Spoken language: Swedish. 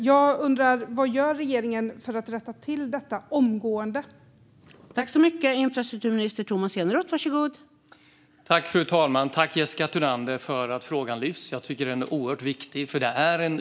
Jag undrar vad regeringen gör för att omgående rätta till det här.